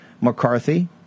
McCarthy